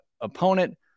opponent